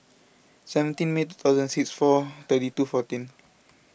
seventeen May two thousand six four thirty two fourteen